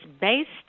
based